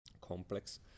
complex